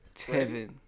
Tevin